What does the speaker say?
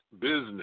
business